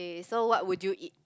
so what would you eat